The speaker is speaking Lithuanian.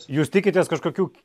jūs tikitės kažkokių